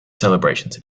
celebrations